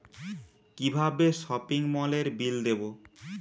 কিভাবে সপিং মলের বিল দেবো?